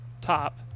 top